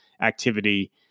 activity